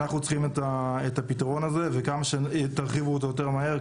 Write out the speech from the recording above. אנחנו צריכים את הפתרון הזה וכמה שתרחיבו אותו יותר מהר,